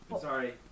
sorry